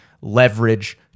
leverage